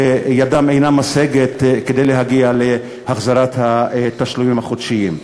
ידם אינם משגת כדי להגיע להחזרת התשלומים החודשיים.